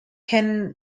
can